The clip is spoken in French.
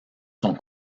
sont